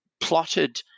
plotted